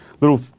little